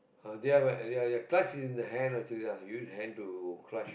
ah they have uh their clutch is in the hand actually lah use hand to clutch